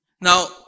Now